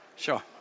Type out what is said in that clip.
Sure